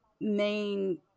main